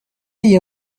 iyi